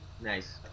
Nice